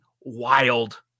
wild